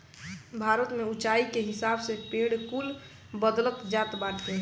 भारत में उच्चाई के हिसाब से पेड़ कुल बदलत जात बाने